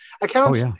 accounts